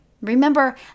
remember